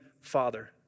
father